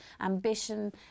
ambition